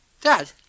Dad